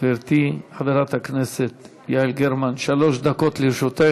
גברתי חברת הכנסת יעל גרמן, שלוש דקות לרשותך.